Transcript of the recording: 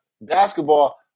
Basketball